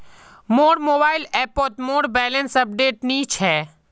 मोर मोबाइल ऐपोत मोर बैलेंस अपडेट नि छे